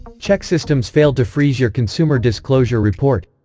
chexsystems failed to freeze your consumer disclosure report?